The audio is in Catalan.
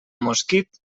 mosquit